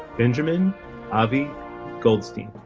benjamin avi goldstein.